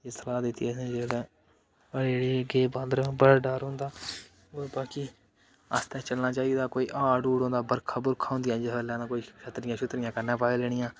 उत्थुआं बाद अस गे तां जिसलै प्हाड़ी एरिये च गे बांदरें दा बड़ा डर होंदा ते बाकी आस्तै चलना चाहिदा कोई हाड़ हूड़ होंदा बरखा बुरखा होंदी जिसलै लैना पेई छत्तरियां छुत्तरियां कन्नै पाई लैनियां